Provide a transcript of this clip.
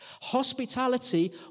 Hospitality